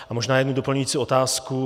A možná jednu doplňující otázku.